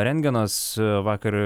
rentgenas vakar